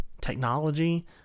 technology